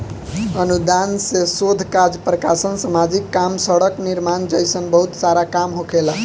अनुदान से शोध काज प्रकाशन सामाजिक काम सड़क निर्माण जइसन बहुत सारा काम होखेला